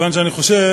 כיוון שאני חושב